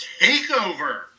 TakeOver